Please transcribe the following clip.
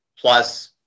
plus